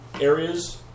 areas